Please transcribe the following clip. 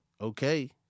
Okay